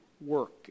work